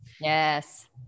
Yes